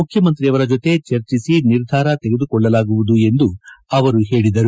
ಮುಖ್ಯಮಂತ್ರಿಯವರು ಜೊತೆ ಚರ್ಚಿಸಿ ನಿರ್ಧಾರ ತೆಗೆದುಕೊಳ್ಳಲಾಗುವುದು ಎಂದು ಅವರು ಹೇಳಿದರು